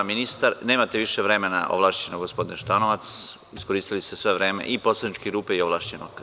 Nemate više vremena ovlašćenog, gospodine Šutanovac, iskoristili ste sve vreme i poslaničke grupe i ovlašćenog.